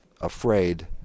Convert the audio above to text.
afraid